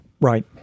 Right